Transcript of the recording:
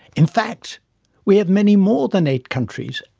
in fact we have many more than eight countries,